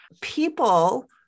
people